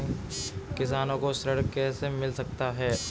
किसानों को ऋण कैसे मिल सकता है?